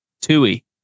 Tui